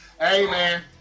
Amen